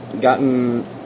gotten